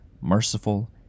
merciful